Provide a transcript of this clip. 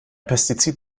pestizid